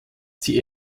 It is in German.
sie